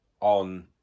on